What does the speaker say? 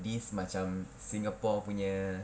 this macam singapore punya